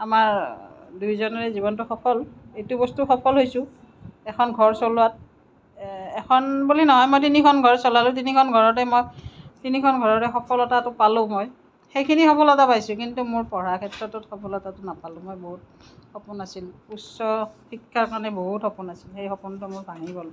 আমাৰ দুয়োজনৰে জীৱনটো সফল এইটো বস্তু সফল হৈছোঁ এখন ঘৰ চলোৱাত এখন বুলি নহয় মই তিনিখন ঘৰ চলালোঁ তিনিখন ঘৰতে মই তিনিখন ঘৰতে সফলতাটো পালোঁ মই সেইখিনি সফলতা পাইছোঁ কিন্তু মোৰ পঢ়াৰ ক্ষেত্ৰটোত সফলতাটো নাপালোঁ মই বহুত সপোন আছিল উচ্চ শিক্ষাৰ কাৰণে বহুত সপোন আছিল সেই সপোনটো মোৰ ভাঙি গ'ল